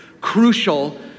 crucial